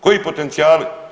Koji potencijali?